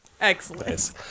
Excellent